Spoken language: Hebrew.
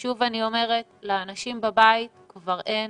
ושוב אני אומרת, לאנשים בבית כבר אין